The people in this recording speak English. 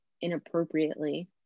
inappropriately